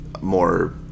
more